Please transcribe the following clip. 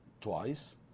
twice